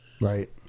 Right